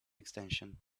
extension